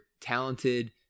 talented